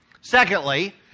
Secondly